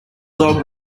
dog